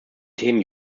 themen